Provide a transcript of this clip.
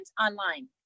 online